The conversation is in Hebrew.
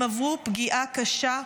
הם עברו פגיעה קשה,